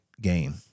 game